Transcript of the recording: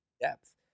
depth